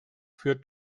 führt